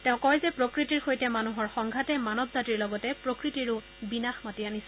তেওঁ কয় যে প্ৰকৃতিৰ সৈতে মানুহৰ সংঘাতে মানৱ জাতিৰ লগতে প্ৰকৃতিৰো বিনাশ মাতি আনিছে